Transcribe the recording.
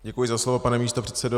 Děkuji za slovo, pane místopředsedo.